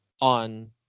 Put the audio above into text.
on